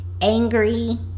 angry